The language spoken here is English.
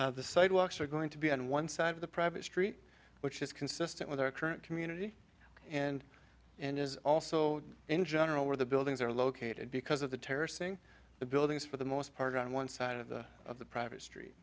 the sidewalks are going to be on one side of the private street which is consistent with our current community and and is also in general where the buildings are located because of the terracing the buildings for the most part on one side of the of the private street